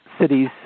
cities